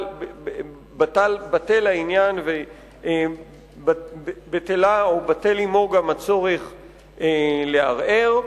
בטל העניין ובטל עמו גם הצורך לערער,